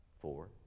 four